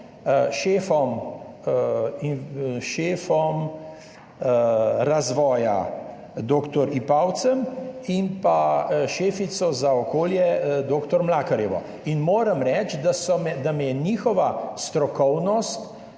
šefom razvoja dr. Ipavcem in šefico za okolje dr. Mlakarjevo, in moram reči, da me je njihova strokovnost